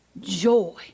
joy